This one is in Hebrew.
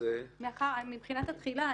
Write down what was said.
מבחינת התחילה,